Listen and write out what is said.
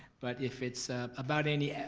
but if it's about any